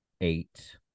Eight